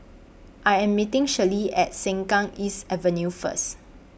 I Am meeting Shirlene At Sengkang East Avenue First